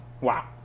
Wow